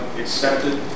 accepted